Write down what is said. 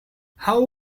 how